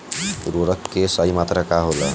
उर्वरक के सही मात्रा का होला?